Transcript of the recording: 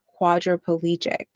quadriplegic